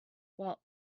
while